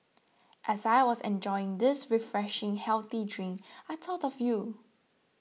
as I was enjoying this refreshing healthy drink I thought of you